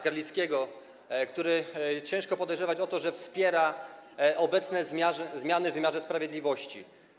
Garlickiego, którego ciężko podejrzewać o to, że wspiera obecne zmiany w wymiarze sprawiedliwości.